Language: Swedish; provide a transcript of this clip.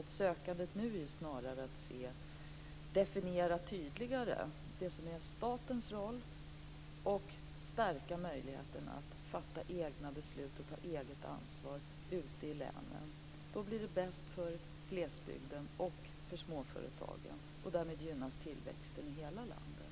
Det vi nu försöker göra är att tydligare definiera det som är statens roll och stärka möjligheten att fatta egna beslut och ta eget ansvar ute i länen. Då blir det bäst för glesbygden och småföretagen, och därmed gynnas tillväxten i hela landet.